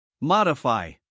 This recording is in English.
Modify